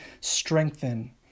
strengthen